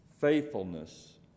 faithfulness